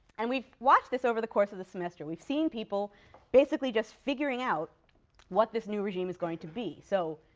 and we've watched this over the course of the semester. we've seen people basically just figuring out what this new regime is going to be. so,